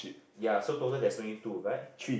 ya so total there's only two right